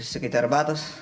užsikaiti arbatos